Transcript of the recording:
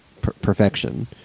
perfection